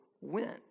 went